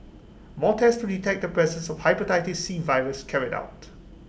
more tests to detect the presence of Hepatitis C virus carried out